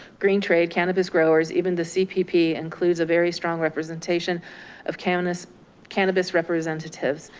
green trade cannabis growers, even the cpp includes a very strong representation of cannabis cannabis representatives.